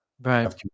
Right